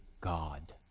God